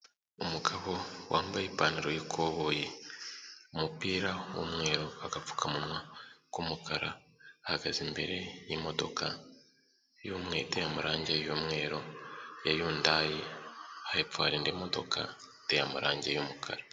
Umugabo wambaye ipantaro y'ikoboyi, umupira w'umweru, agapfukamunwa k'umukara, ahagaze imbere y'imodoka y'umweru iteye amarange y'umweru ya Yundayi, hepfo hati indi modoka iteye amarange y'umukara.